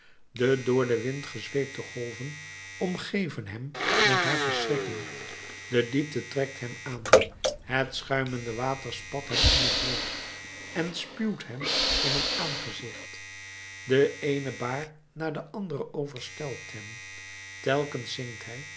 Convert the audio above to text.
de door den wind gezweepte golven omgeven hem met haar verschrikking de diepte trekt hem aan het schuimend water spat hem om t hoofd en spuwt hem in t aangezicht de eene baar na de andere overstelpt hem telkens zinkt hij